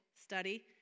study